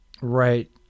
Right